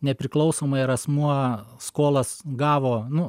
nepriklausomai ar asmuo skolas gavo nu